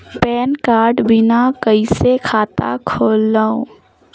Pan card बिना कइसे खाता खोलव?